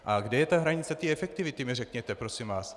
A kde je hranice té efektivity, mi řekněte, prosím vás.